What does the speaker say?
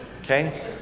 Okay